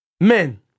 Men